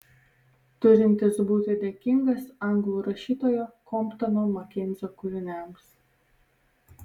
turintis būti dėkingas anglų rašytojo komptono makenzio kūriniams